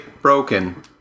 broken